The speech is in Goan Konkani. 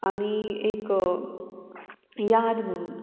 आनी एक याद म्हणून